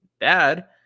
dad